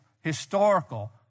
historical